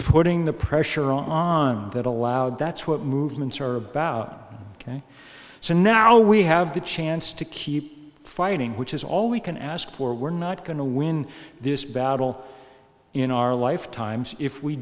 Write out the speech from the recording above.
putting the pressure on that allowed that's what movements are about and so now we have the chance to keep fighting which is all we can ask for we're not going to win this battle in our lifetimes if we